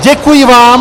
Děkuji vám!